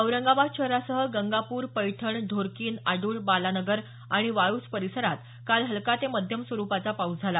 औरंगाबाद शहरासह गंगापूर पैठण ढोरकीन आडुळ बालानगर आणि वाळूज परीसरात काल हलका ते मध्यम स्वरूपाचा पाऊस झाला